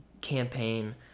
campaign